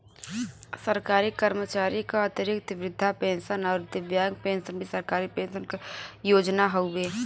सरकारी कर्मचारी क अतिरिक्त वृद्धा पेंशन आउर दिव्यांग पेंशन भी सरकारी पेंशन क योजना हउवे